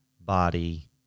body